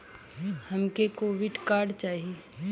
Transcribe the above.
हमके credit card चाही